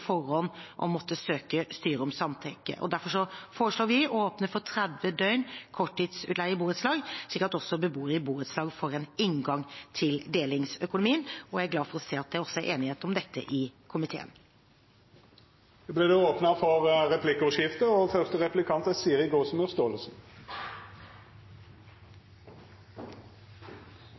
forhånd å måtte søke styret om samtykke. Derfor foreslår vi å åpne for 30 døgn korttidsutleie i borettslag, slik at også beboere i borettslag får en inngang til delingsøkonomien. Jeg er glad for å se at det også er enighet om dette i komiteen. Det